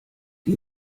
die